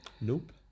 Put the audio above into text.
Nope